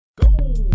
Go